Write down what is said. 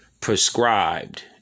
prescribed